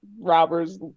robbers